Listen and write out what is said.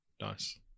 Nice